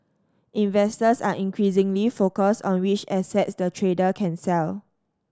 investors are increasingly focused on which assets the trader can sell